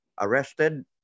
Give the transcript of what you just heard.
arrested